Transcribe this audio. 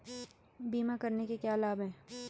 बीमा करने के क्या क्या लाभ हैं?